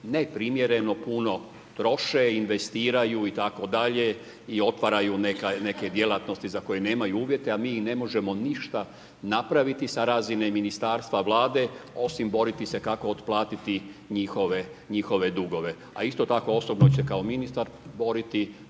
neprimjereno puno troše i investiraju itd. i otvaraju neke djelatnosti za koje nemaju uvjete, a mi ne možemo ništa napraviti sa razine Ministarstva, Vlade osim boriti se kako otplatiti njihove dugove. A isto tako osobno ću se kao ministar boriti